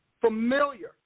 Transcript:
familiar